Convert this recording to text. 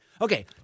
Okay